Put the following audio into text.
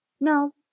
No